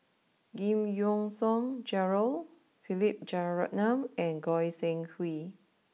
Giam Yean Song Gerald Philip Jeyaretnam and Goi Seng Hui